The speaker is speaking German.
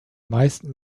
meisten